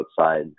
outside